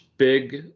big